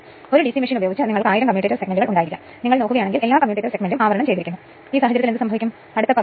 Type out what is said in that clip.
അതിനാൽ I 0 നെ അവഗണിക്കുകയാണെങ്കിൽ ട്രാൻസ്ഫോർമറിൽ നിന്ന് I 1 I2 അതേ വൈദ്യുതി 35